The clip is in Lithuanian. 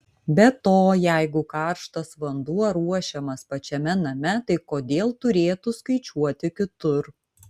be to jeigu karštas vanduo ruošiamas pačiame name tai kodėl turėtų skaičiuoti kitur